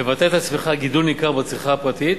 מבטאת הצמיחה גידול ניכר בצריכה הפרטית,